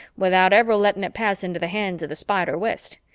without ever letting it pass into the hands of the spider west.